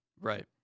Right